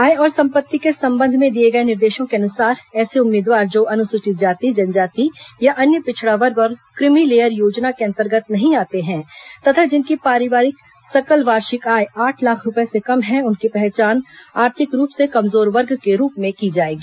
आय और संपत्ति के संबंध में दिए गए निर्देशों के अनुसार ऐसे उम्मीदवार जो अनुसूचित जाति जनजाति या अन्य पिछड़ा वर्ग और कुमि लेयर योजना के अंतर्गत नहीं आते हैं तथा जिनकी पारिवारिक सकल वार्षिक आय आठ लाख रूपये से कम है उनकी पहचान आर्थिक रूप से कमजोर वर्ग के रूप में की जाएगी